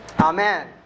Amen